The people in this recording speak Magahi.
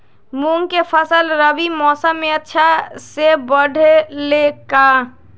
मूंग के फसल रबी मौसम में अच्छा से बढ़ ले का?